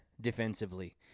defensively